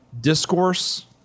discourse